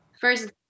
First